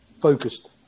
focused